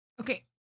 Okay